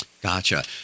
Gotcha